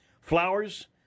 Flowers